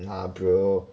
nah bro